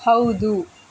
ಹೌದು